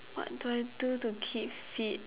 what do I do to keep fit